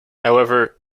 however